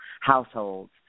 households